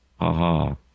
aha